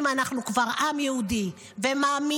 אם אנחנו עם יהודי ומאמינים,